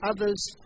others